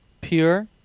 pure